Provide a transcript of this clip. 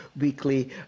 weekly